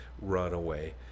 runaway